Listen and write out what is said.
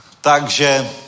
Takže